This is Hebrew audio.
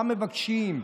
מה מבקשים?